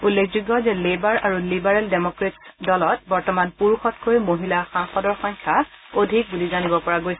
উল্লেখযোগ্য যে লেবাৰ আৰু লিবাৰেল ডেমক্ৰেটছ দলত বৰ্তমান পুৰুষতকৈ মহিলা সাংসদৰ সংখ্যা অধিক বুলি জানিব পৰা গৈছে